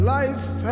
life